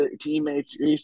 teammates